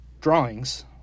drawings